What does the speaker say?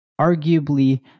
arguably